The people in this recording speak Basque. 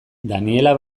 daniella